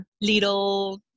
little